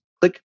click